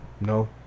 No